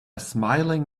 smiling